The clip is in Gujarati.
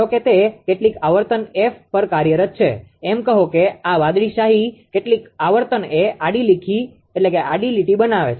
ધારો કે તે કેટલીક આવર્તન એફ પર કાર્યરત છે એમ કહો કે આ વાદળી શાહી કેટલીક આવર્તન એ આડી લીટી બનાવે છે